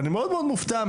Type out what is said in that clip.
ואני מאוד מאוד מופתע,